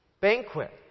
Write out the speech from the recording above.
Banquet